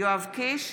יואב קיש,